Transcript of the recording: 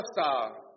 star